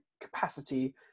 capacity